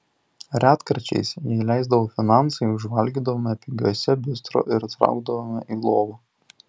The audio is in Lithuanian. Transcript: retkarčiais jei leisdavo finansai užvalgydavome pigiuose bistro ir traukdavome į lovą